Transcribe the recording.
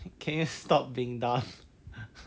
can you stop being dumb